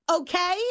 Okay